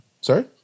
Sorry